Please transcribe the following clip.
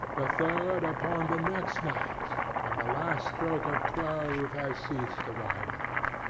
the third upon the next night when the last stroke of twelve has ceased to vibrate.